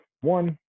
One